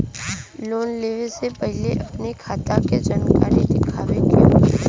Loan लेवे से पहिले अपने खाता के जानकारी दिखावे के होई?